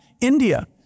India